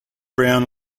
brown